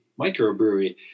microbrewery